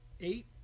eight